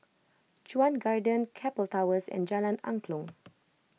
Chuan Garden Keppel Towers and Jalan Angklong